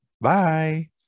Bye